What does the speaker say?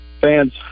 fans